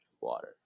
water